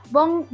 Bong